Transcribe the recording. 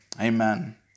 Amen